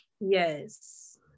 Yes